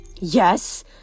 Yes